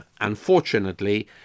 unfortunately